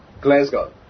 Glasgow